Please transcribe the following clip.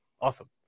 Awesome